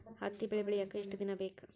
ಹತ್ತಿ ಬೆಳಿ ಬೆಳಿಯಾಕ್ ಎಷ್ಟ ದಿನ ಬೇಕ್?